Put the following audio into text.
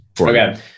Okay